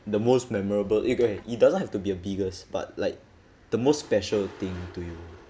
the most memorable it doesn't have to be a biggest but like the most special thing to you